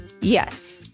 Yes